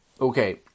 okay